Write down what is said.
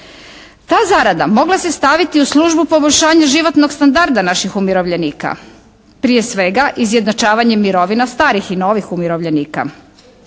Ta zarada mogla se staviti u službu poboljšanja životnog standarda naših umirovljenika. Prije svega izjednačavanje mirovina starih i novih umirovljenika.